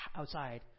outside